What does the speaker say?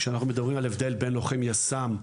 שאנחנו מדברים על ההבדל בין לוחם יס"מ,